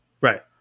Right